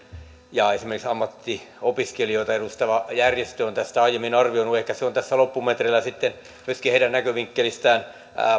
ja ammattiopiskelijoita edustava järjestö ovat tästä aiemmin arvioineet ehkä se on loppumetreillä sitten myöskin heidän näkövinkkelistään